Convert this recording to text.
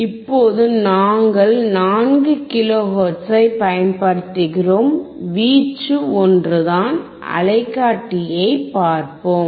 இப்போது நாங்கள் 4 கிலோ ஹெர்ட்ஸைப் பயன்படுத்துகிறோம் வீச்சு ஒன்றுதான் அலைக்காட்டிஐ பார்ப்போம்